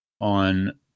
on